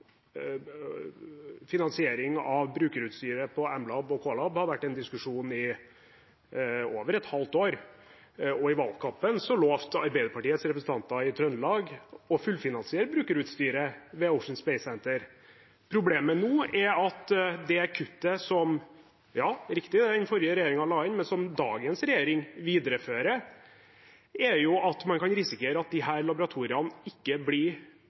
Finansiering av brukerutstyret på M-lab og K-lab har vært en diskusjon i over et halvt år. I valgkampen lovet Arbeiderpartiets representanter i Trøndelag å fullfinansiere brukerutstyret ved Ocean Space Centre. Problemet nå er at det kuttet som – ja, det er riktig – den forrige regjeringen la inn, men som dagens regjering viderefører, er at man kan risikere at disse laboratoriene ikke blir